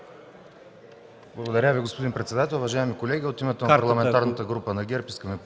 Уважаеми господин председател, уважаеми колеги! От името на Парламентарната група на ДПС